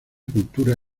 cultura